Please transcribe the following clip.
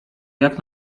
jak